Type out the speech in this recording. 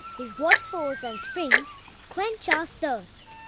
his waterfalls and springs quench our thirst.